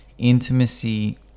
Intimacy